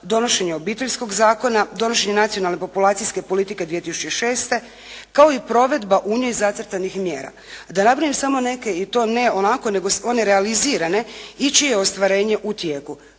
donošenje Obiteljskog zakona, donošenje nacionalne populacijske politike 2006. kao i provedba … /Govornica se ne razumije./ … zacrtanih mjera. Da napravim samo neke i to ne onako nego one realizirane i čije je ostvarenje u tijeku.